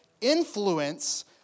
influence